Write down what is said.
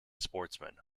sportsman